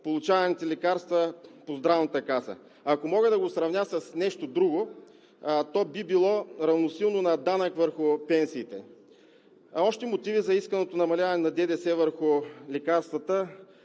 получаваните лекарства по Здравната каса. Ако мога да го сравня с нещо друго, то би било равносилно на данък върху пенсиите. Още мотиви за исканото намаляване на ДДС върху лекарствата,